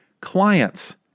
clients